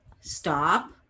Stop